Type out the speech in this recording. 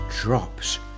drops